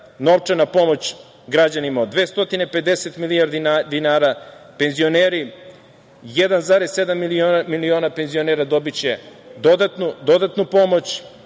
novčana pomoć građanima od 250 milijardi dinara, 1,7 miliona penzionera dobiće dodatnu pomoć,